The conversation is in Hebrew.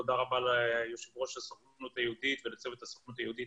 תודה רבה ליושב ראש הסוכנות היהודית ולצוות הסוכנות היהודית